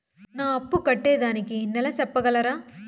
నా అప్పు కట్టేదానికి నెల సెప్పగలరా?